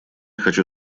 хочу